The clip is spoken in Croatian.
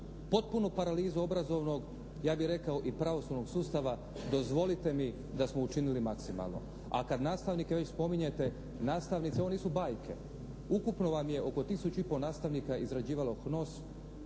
potpunu paralizu obrazovnog ja bih rekao i pravosudnog sustava dozvolite mi da smo učinili maksimalno. A kad nastavnike već spominjete nastavnici, ovo nisu bajke. Ukupno vam je oko tisuću i pol nastavnika izrađivalo HNOS,